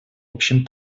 общем